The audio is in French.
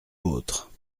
vôtre